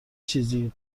چیزی